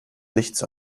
lichtes